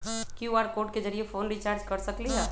QR code के जरिय phone recharge कर सकली ह?